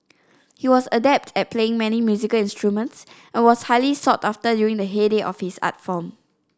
he was adept at playing many musical instruments and was highly sought after during the heyday of his art form